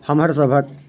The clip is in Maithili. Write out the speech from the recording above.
हमर सभक